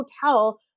hotel